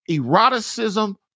Eroticism